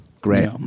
great